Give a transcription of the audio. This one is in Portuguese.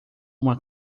uma